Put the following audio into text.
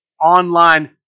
online